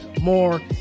more